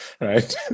right